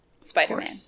Spider-Man